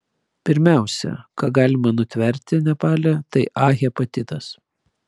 pirmiausia ką galima nutverti nepale tai a hepatitas